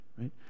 right